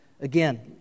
Again